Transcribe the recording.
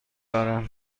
دارم